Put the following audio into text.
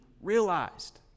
realized